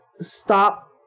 stop